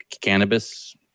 Cannabis